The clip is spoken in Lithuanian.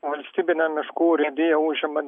valstybinė miškų urėdija užima